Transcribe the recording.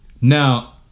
now